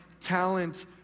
talent